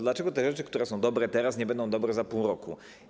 Dlaczego te rzeczy, które są dobre teraz, nie będą dobre za pół roku?